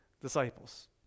disciples